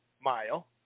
mile